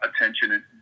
attention